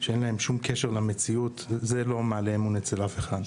ואין להן שום קשר למציאות זה לא מעלה אמון אצל אף אחד.